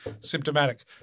symptomatic